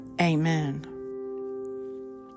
Amen